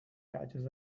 catches